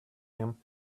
him